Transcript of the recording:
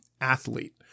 athlete